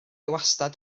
wastad